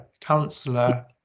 councillor